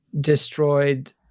destroyed